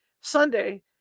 Sunday